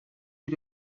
you